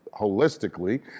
holistically